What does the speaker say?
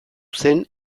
zen